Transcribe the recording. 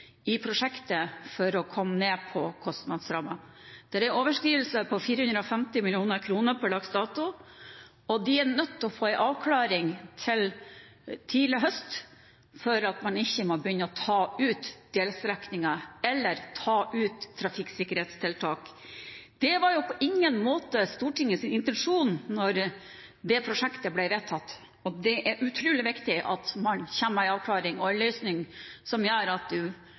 i prosjektet for å komme ned på kostnadsrammen. Det er per dags dato overskridelser på 450 mill. kr, og de er nødt til å få en avklaring innen tidlig i høst for ikke å måtte begynne å ta ut delstrekninger eller ta ut trafikksikkerhetstiltak. Det var på ingen måte Stortingets intensjon da prosjektet ble vedtatt. Det er utrolig viktig at man kommer med en avklaring og en løsning som gjør at